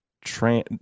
trans